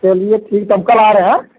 चलिए ठीक है हम कल आ रहे हैं हाँ